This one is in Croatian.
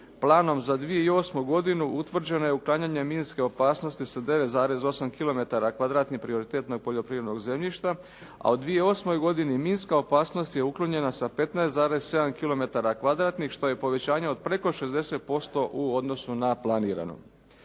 Planom za 2008. godinu utvrđeno je uklanjanje minske opasnosti sa 9,8 kilometara kvadratnih u prioritetnog poljoprivrednog zemljišta, a u 2008. godini minska opasnost je uklonjena sa 15,7 kilometara kvadratnih, što je povećanje od preko 60% u odnosu na planirano.